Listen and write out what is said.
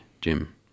Jim